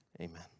Amen